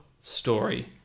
story